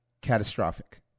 catastrophic